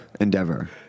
endeavor